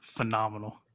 Phenomenal